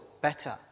better